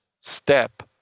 step